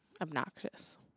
obnoxious